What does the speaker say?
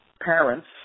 parents